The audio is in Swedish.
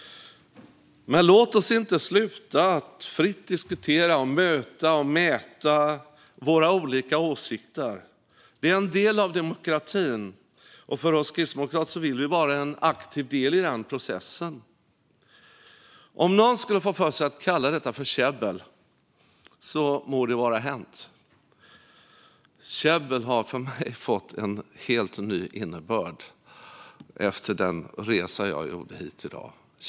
Men låt oss inte sluta att fritt diskutera och möta och mäta våra olika åsikter! Det är en del av demokratin, och vi kristdemokrater vill vara en aktiv del i den processen. Om någon skulle få för sig att kalla detta för käbbel må det vara hänt. Käbbel har för mig fått en helt ny innebörd efter den resa jag gjorde hit i dag.